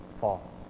fall